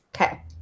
okay